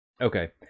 Okay